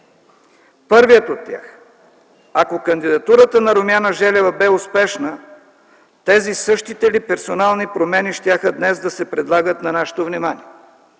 Първият от тях, ако кандидатурата на Румяна Желева бе успешна, тези същите ли персонални промени днес щяха да се предлагат на нашето внимание?